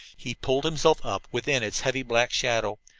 he pulled himself up within its heavy black shadow.